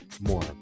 more